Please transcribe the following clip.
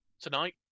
tonight